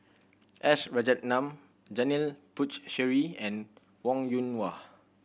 S Rajaratnam Janil Puthucheary and Wong Yoon Wah